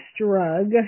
drug